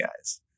guys